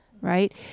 right